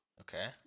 Okay